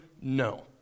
no